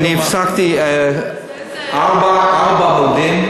אני יכול להגיד לך שאני הספקתי ארבעה עמודים,